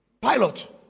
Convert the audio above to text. Pilot